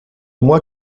moi